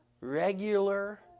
regular